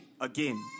again